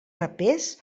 rapers